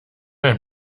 ein